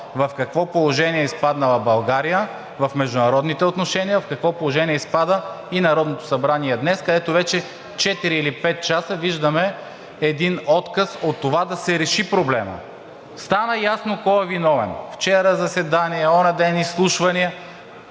в какво положение е изпаднала България в международните отношения, в какво положение изпада и Народното събрание днес. Ето вече четири или пет часа виждаме един отказ от това да се реши проблемът. Стана ясно кой е виновен. Вчера заседание, онзи ден изслушвания.